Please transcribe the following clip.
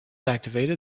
activated